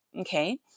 Okay